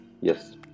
yes